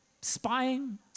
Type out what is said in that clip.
spying